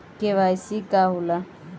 KYC का होला?